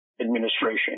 administration